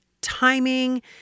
timing